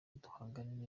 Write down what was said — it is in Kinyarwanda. duhangane